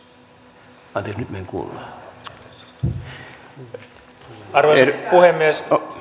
anteeksi nyt minä en kuullut